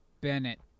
Bennett